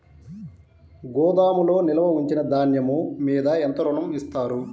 గోదాములో నిల్వ ఉంచిన ధాన్యము మీద ఎంత ఋణం ఇస్తారు?